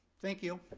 thank you.